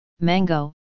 mango